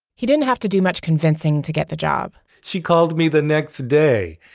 he didn't have to do much convincing to get the job she called me the next day,